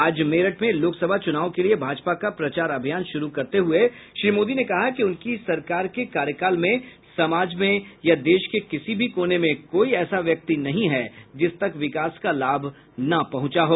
आज मेरठ में लोकसभा चुनावों के लिए भाजपा का प्रचार अभियान शुरू करते हुए श्री मोदी ने कहा कि उनकी सरकार के कार्यकाल में समाज में या देश के किसी भी कोने में कोई ऐसा व्यक्ति नहीं है जिस तक विकास का लाभ न पहुंचा हो